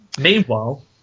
Meanwhile